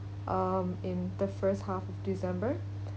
um in the first half of december